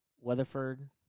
Weatherford